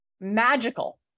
magical